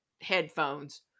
headphones